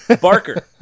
Barker